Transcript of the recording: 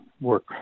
work